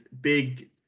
big